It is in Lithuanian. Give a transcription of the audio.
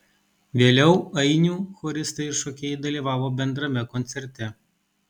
vėliau ainių choristai ir šokėjai dalyvavo bendrame koncerte